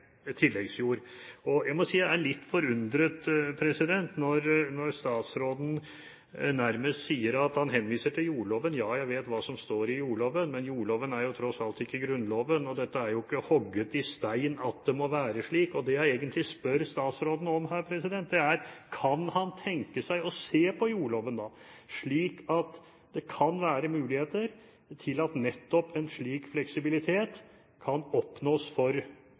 Jeg må si at jeg er litt forundret over at statsråden henviser til jordloven – ja, jeg vet hva som står i jordloven, men jordloven er jo tross alt ikke Grunnloven, og det er jo ikke hugget i stein at det må være slik. Det jeg egentlig spør statsråden om her, er: Kan han tenke seg å se på jordloven, om det kan være mulig at bøndene nettopp kan oppnå en slik fleksibilitet?